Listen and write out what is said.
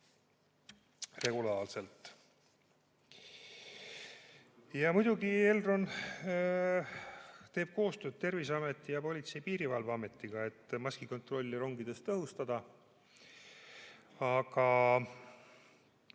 Ja muidugi Elron teeb koostööd Terviseameti ning Politsei- ja Piirivalveametiga, et maskikontrolli rongides tõhustada. Aga